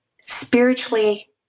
spiritually